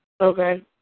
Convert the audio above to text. Okay